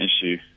issue